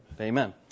Amen